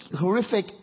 horrific